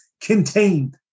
contained